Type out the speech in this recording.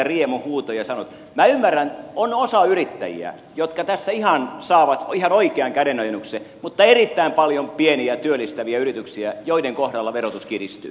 minä ymmärrän että on osa yrittäjiä jotka tässä saavat ihan oikean kädenojennuksen mutta on erittäin paljon pieniä työllistäviä yrityksiä joiden kohdalla verotus kiristyy